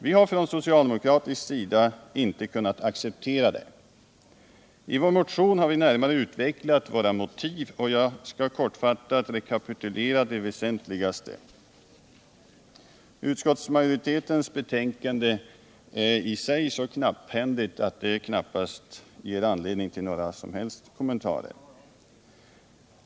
Vi har från socialdemokratisk sida inte kunnat acceptera detta. I vår motion har vi närmare utvecklat våra motiv, och jag skall kortfattat rekapitulera de väsentligaste. Utskottsmajoritetens betänkande är i sig så knapphändigt att det knappast ger anledning till några som helst kommenterar.